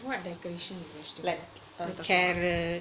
what decoration with vegetables